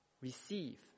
Receive